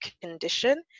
condition